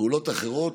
פעולות אחרות,